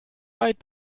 weit